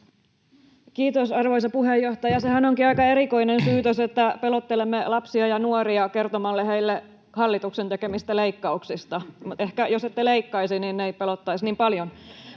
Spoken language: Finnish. Kiitos, arvoisa puheenjohtaja! Sehän onkin aika erikoinen syytös, että pelottelemme lapsia ja nuoria kertomalla heille hallituksen tekemistä leikkauksista. Ehkä, jos ette leikkaisi, ei pelottaisi niin paljon.